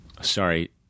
Sorry